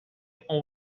all